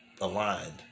aligned